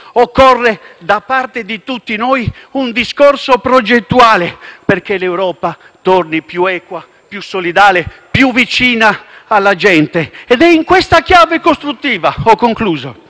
Occorre, da parte di tutti noi, un discorso progettuale perché l'Europa torni più equa, più solidale, più vicina alla gente. Ed è in questa chiave costruttiva che